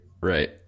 Right